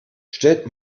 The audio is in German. stellt